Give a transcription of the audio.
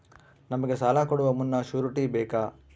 ನಮಗೆ ಸಾಲ ಕೊಡುವ ಮುನ್ನ ಶ್ಯೂರುಟಿ ಬೇಕಾ?